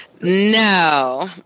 No